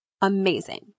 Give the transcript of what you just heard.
Amazing